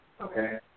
okay